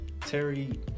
Terry